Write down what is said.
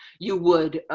you would